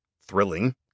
thrilling